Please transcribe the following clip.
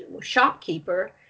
shopkeeper